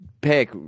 pick